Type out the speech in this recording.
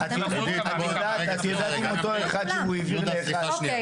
את יודעת אם אותו אחד שהעביר ל -- אוקי,